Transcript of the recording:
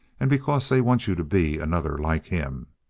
and because they want you to be another like him.